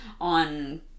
on